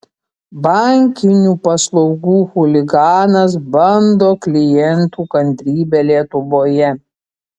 bankinių paslaugų chuliganas bando klientų kantrybę lietuvoje